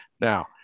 Now